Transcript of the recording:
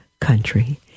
country